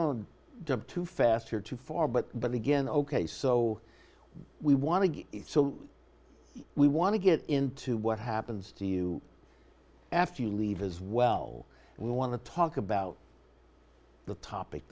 have to fast here too far but but again ok so we want to get so we want to get into what happens to you after you leave as well we want to talk about the topic